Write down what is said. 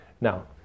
now